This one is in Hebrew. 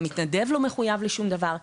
גם מתנדב לא מחויב לשום דבר.